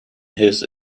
his